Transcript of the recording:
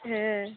হ্যাঁ